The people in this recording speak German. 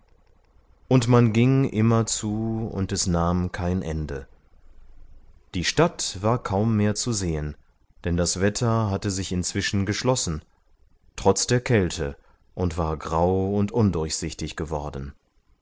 und man ging immerzu und es nahm kein ende die stadt war kaum mehr zu sehen denn das wetter hatte sich inzwischen geschlossen trotz der kälte und war grau und undurchsichtig geworden